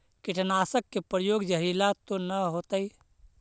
कीटनाशक के प्रयोग, जहरीला तो न होतैय?